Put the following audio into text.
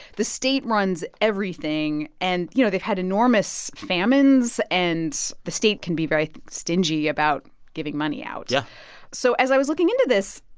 the state runs everything and, you know, they've had enormous famines, and the state can be very stingy about giving money out yeah so as i was looking into this,